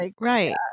right